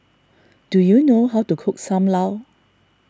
do you know how to cook Sam Lau